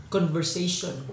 Conversation